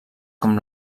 com